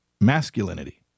masculinity